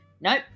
nope